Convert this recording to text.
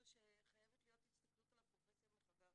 זה שחייבת להיות הסתכלות על הפרופסיה מחדש.